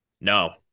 No